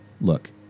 look